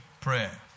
prayer